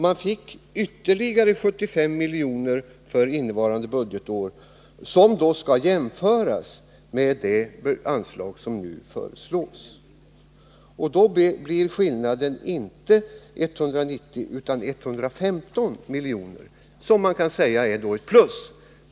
SJ fick ytterligare 75 miljoner för innevarande budgetår, som då skall jämföras med det anslag som nu föreslås. Skillnaden blir inte 190 miljoner utan 115 miljoner, som man då kan säga är ett plus.